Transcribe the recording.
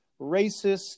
racist